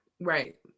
Right